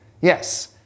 Yes